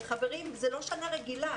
חברים, זאת לא שנה רגילה.